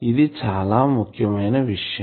ఇది చాలా ముఖ్యమైన విషయం